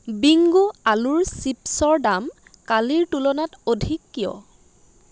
bingo আলুৰ চিপ্ছৰ দাম কালিৰ তুলনাত অধিক কিয়